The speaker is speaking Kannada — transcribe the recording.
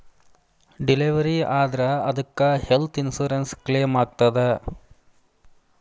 ಡಿಲೆವರಿ ಆದ್ರ ಅದಕ್ಕ ಹೆಲ್ತ್ ಇನ್ಸುರೆನ್ಸ್ ಕ್ಲೇಮಾಗ್ತದ?